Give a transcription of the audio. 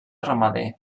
ramader